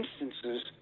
instances